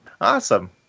Awesome